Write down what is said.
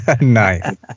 Nice